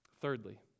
Thirdly